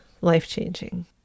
life-changing